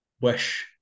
wish